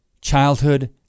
childhood